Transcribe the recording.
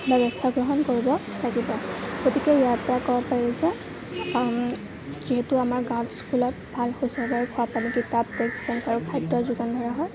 ব্যৱস্থা গ্ৰহণ কৰিব লাগিব গতিকে ইয়াৰ পৰা ক'ব পাৰি যে যিহেতু আমাৰ গাঁৱত স্কুলত ভাল শৌচাগাৰ খোৱা পানী কিতাপ ডেষ্ক বেঞ্চ আৰু খাদ্যৰ যোগান ধৰা হয়